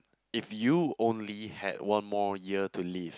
if you only had one more year to live